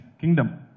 kingdom